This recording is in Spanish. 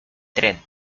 tren